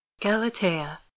Galatea